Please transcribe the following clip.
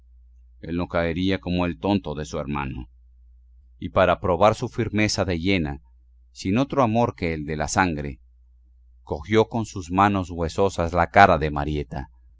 no caería como el tonto de su hermano y para probar su firmeza de hiena sin otro amor que el de la sangre cogió con sus manos huesosas la cara de marieta